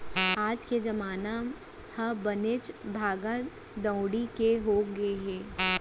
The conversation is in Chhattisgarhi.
आज के जमाना ह बनेच भागा दउड़ी के हो गए हे